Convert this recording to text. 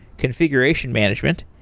configuration management,